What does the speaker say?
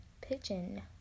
Pigeon